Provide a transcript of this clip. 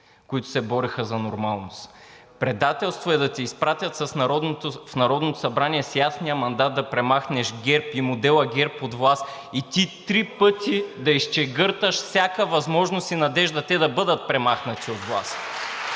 които се бореха за нормалност. Предателство е да те изпратят в Народното събрание с ясния мандат да премахнеш ГЕРБ, и моделът ГЕРБ от власт и ти три пъти да изчегърташ всяка възможност и надежда те да бъдат премахнати от власт